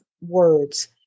words